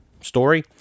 story